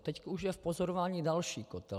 Teď už je v pozorování další kotel.